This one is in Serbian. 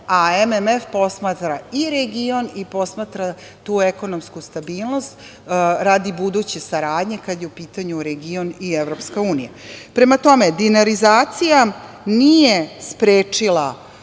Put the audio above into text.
a MMF posmatra i region i posmatra tu ekonomsku stabilnost radi buduće saradnje kada je u pitanju region i EU.Prema tome, dinarizacija nije sprečena